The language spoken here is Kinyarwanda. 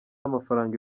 amafaranga